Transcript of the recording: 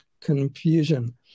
confusion